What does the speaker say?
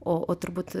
o turbūt